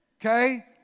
Okay